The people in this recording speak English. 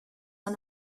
are